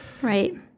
Right